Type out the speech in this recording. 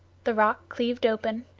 the rock cleaved open,